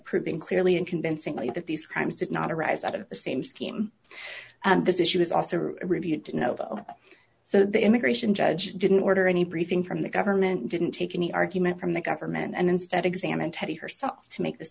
proving clearly and convincingly that these crimes did not arise out of the same scheme and this issue was also reviewed to know that so the immigration judge didn't order any briefing from the government didn't take any argument from the government and instead examined terri herself to make this